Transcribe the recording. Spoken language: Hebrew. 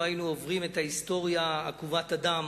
לא היינו עוברים את ההיסטוריה עקובת הדם